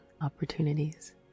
opportunities